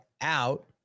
out